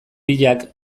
biak